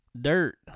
Dirt